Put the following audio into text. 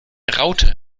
raute